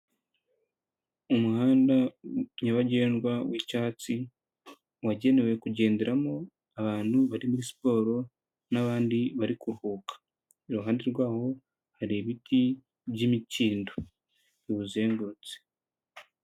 Umuhanda nyabagendwa w'icyatsi wagenewe kugenderamo abantu bari muri siporo n'abandi bari kuruhuka, iruhande rwawo hari ibiti by'imikindo biwuzengurutse.